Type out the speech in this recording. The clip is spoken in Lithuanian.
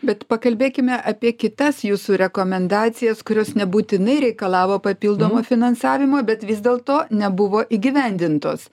bet pakalbėkime apie kitas jūsų rekomendacijas kurios nebūtinai reikalavo papildomo finansavimo bet vis dėl to nebuvo įgyvendintos